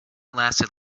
lasted